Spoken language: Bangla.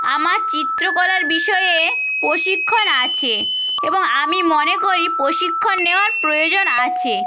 আমার চিত্রকলার বিষয়ে প্রশিক্ষণ আছে এবং আমি মনে করি প্রশিক্ষণ নেওয়ার প্রয়োজন আছে